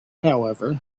however